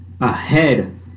ahead